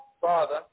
father